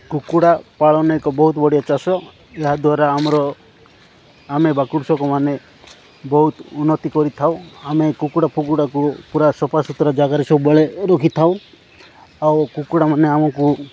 କୁକୁଡ଼ା ପାଳନ ଏକ ବହୁତ ବଢ଼ିଆ ଚାଷ ଏହାଦ୍ୱାରା ଆମର ଆମେ ବା କୃଷକ ମାନେ ବହୁତ ଉନ୍ନତି କରିଥାଉ ଆମେ କୁକୁଡ଼ା ଫୁକୁଡ଼ାକୁ ପୁରା ସଫା ସୁୁତୁରା ଜାଗାରେ ସବୁବେଳେ ରଖିଥାଉ ଆଉ କୁକୁଡ଼ାମାନେ ଆମକୁ